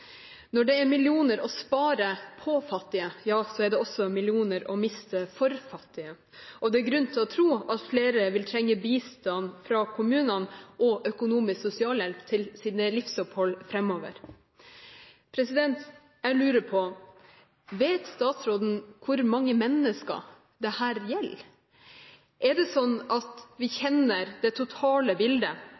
Når det er millioner å spare på fattige, er det også millioner å miste for fattige. Det er grunn til å tro at flere vil trenge bistand fra kommunene og økonomisk sosialhjelp til livsopphold framover. Jeg lurer på om statsråden vet hvor mange mennesker dette gjelder. Er det sånn at vi kjenner det totale bildet,